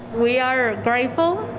we are grateful.